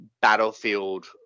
battlefield